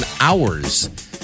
hours